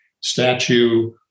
statue